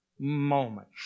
moment